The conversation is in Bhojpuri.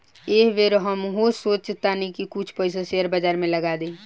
एह बेर हमहू सोचऽ तानी की कुछ पइसा शेयर बाजार में लगा दी